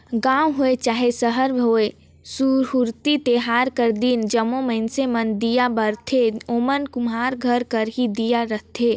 गाँव होए चहे सहर में होए सुरहुती तिहार कर दिन जम्मो मइनसे मन दीया बारथें ओमन कुम्हार घर कर ही दीया रहथें